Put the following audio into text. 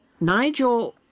Nigel